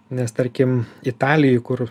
nes tarkim italijoj kur